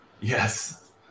Yes